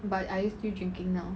but are you still drinking now